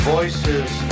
Voices